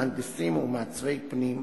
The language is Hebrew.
מהנדסים ומעצבי פנים,